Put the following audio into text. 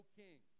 king